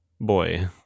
boy